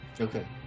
Okay